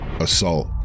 assault